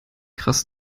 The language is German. krass